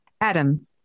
Adam